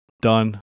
Done